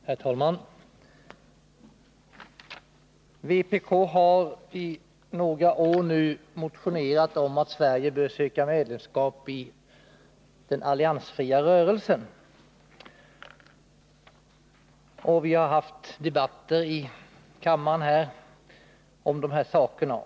Herr talman! Vpk har nu i några år motionerat om att Sverige bör söka medlemskap i den alliansfria rörelsen, och vi har haft flera debatter i kammaren om den saken.